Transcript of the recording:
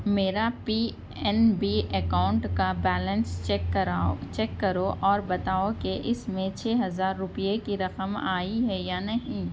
میرا P N B account کا balance check کراؤ چیک کرو اور بتاؤ کہ اس میں چھ ہزار روپیے کی رقم آئی ہے یا نہیں